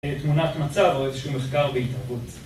תמונת מצב או איזשהו מחקר בהתהוות